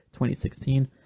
2016